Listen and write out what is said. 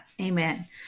Amen